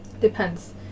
Depends